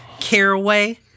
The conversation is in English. Caraway